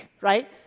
right